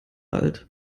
alt